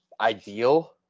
ideal